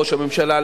ראש הממשלה,